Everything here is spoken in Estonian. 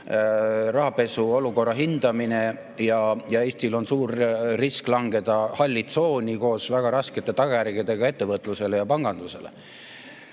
rahapesuolukorra hindamine ja Eestil on suur risk langeda halli tsooni koos väga raskete tagajärgedega ettevõtlusele ja pangandusele.